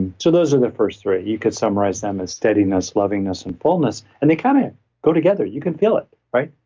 those are the first three. you could summarize them as steadiness, lovingness, and fullness. and they kind of go together. you can feel it, right?